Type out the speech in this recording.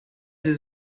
sie